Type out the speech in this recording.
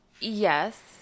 Yes